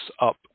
up